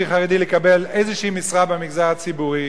חרדי לקבל איזושהי משרה במגזר הציבורי,